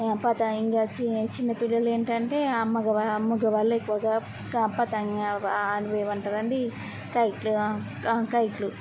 పతాయింగా చీ చిన్న పిల్లలు ఏంటంటే మగవా మగవాళ్ళు ఎక్కువగా కా పతంగా వా ఏమంటారు అండి కైట్లు కైట్లు